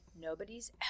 nobody's